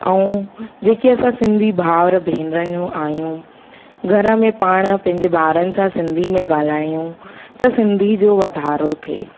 ऐं जेके असां सिंधी भावर भेनरूं आहियूं घर में पाण पंहिंजे ॿारनि सां सिंधी में ॻाल्हायूं त सिंधी जो वधारो थिए